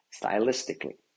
Stylistically